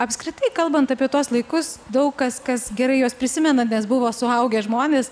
apskritai kalbant apie tuos laikus daug kas kas gerai juos prisimena nes buvo suaugę žmonės